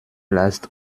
lasst